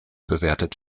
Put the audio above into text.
bewertet